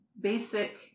basic